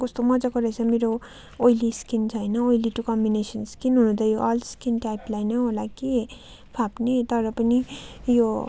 कस्तो मजाको रहेछ मेरो ओइली स्किन छ होइन ओइली टु कम्बिनेसन स्किन हुनु त यो अल स्किन टाइपलाई नै होला कि फाप्ने तर पनि यो